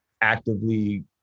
actively